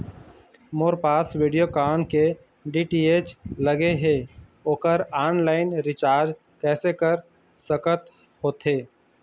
मोर पास वीडियोकॉन के डी.टी.एच लगे हे, ओकर ऑनलाइन रिचार्ज कैसे कर सकत होथे?